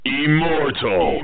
immortal